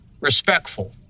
respectful